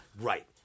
Right